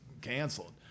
canceled